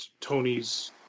Tony's